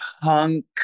punk